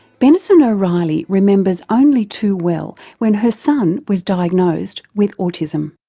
benison o'reilly remembers only too well when her son was diagnosed with autism.